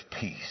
peace